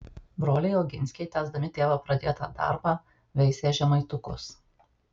broliai oginskiai tęsdami tėvo pradėtą darbą veisė žemaitukus